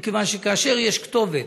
מכיוון שכאשר יש כתובת,